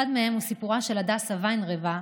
אחד מהם הוא סיפורה של הדסה וינרבה,